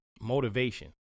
Motivation